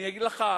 אני אגיד לך,